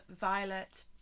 Violet